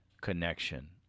connection